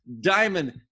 Diamond